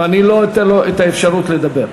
ואני לא אתן לו את האפשרות לדבר.